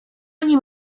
nim